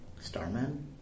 Starman